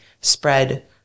spread